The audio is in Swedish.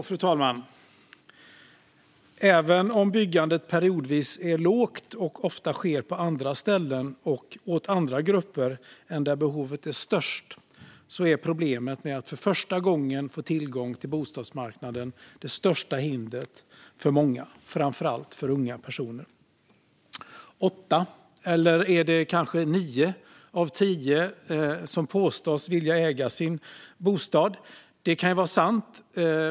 Fru talman! Även om byggandet periodvis är lågt och ofta sker på andra ställen och för andra grupper än där behovet är störst är problemet att för första gången få tillgång till bostadsmarknaden det största hindret för många, framför allt för unga personer. Åtta eller kanske nio av tio påstås vilja äga sin bostad. Det kan vara sant.